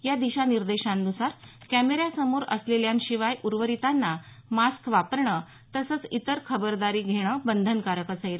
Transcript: या दिशानिर्देशांन्सार कॅमेऱ्यासमोर असलेल्यांशिवाय उर्वरितांना मास्क वापरणं तसंच इतर खबरदारी घेणं बंधनकारक असेल